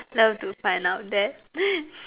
love to find out that